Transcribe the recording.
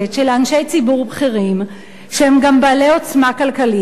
שלאנשי ציבור בכירים שהם גם בעלי עוצמה כלכלית,